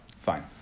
fine